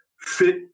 fit